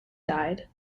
died